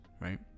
right